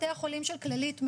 בתי החולים של כללית,